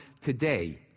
today